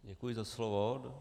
Děkuji za slovo.